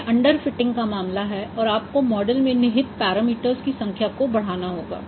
यह under fitting का मामला है और आपको मॉडल में निहित पैरामीटर्स की संख्या को बढ़ाना होगा